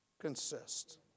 consist